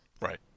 Right